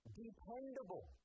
dependable